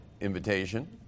invitation